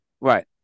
Right